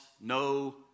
no